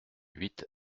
huit